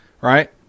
right